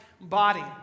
body